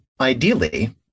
ideally